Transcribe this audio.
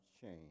change